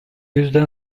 yüzden